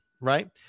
right